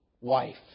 wife